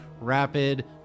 Rapid